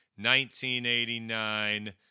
1989